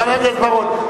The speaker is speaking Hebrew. חבר הכנסת בר-און,